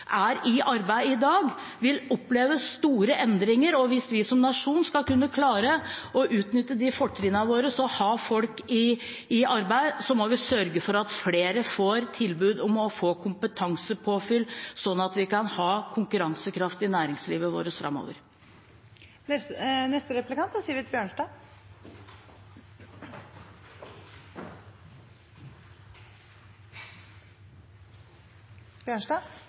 er i arbeid i dag, vil oppleve store endringer, og hvis vi som nasjon skal kunne klare å utnytte fortrinnene våre og ha folk i arbeid, må vi sørge for at flere får tilbud om å få kompetansepåfyll, sånn at vi kan ha konkurransekraft i næringslivet vårt framover. I Arbeiderpartiets alternative statsbudsjett skjerper de skattene og avgiftene kraftig. Noen av dem som får gjennomgå, er